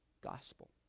gospel